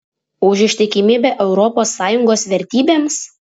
už ištikimybę europos sąjungos vertybėms